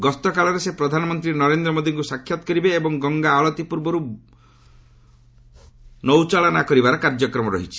ଗସ୍ତକାଳରେ ସେ ପ୍ରଧାନମନ୍ତ୍ରୀ ନରେନ୍ଦ୍ର ମୋଦିଙ୍କୁ ସାକ୍ଷାତ କରିବେ ଏବଂ ଗଙ୍ଗା ଆଳତୀ ପୂର୍ବରୁ ନୌବିହାର୍ କରିବାର କାର୍ଯ୍ୟକ୍ରମ ରହିଛି